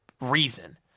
reason